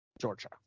Georgia